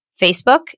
Facebook